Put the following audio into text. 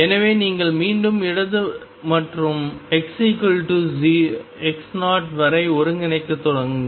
எனவே நீங்கள் மீண்டும் இடது மற்றும் xx0 வரை ஒருங்கிணைக்கத் தொடங்குங்கள்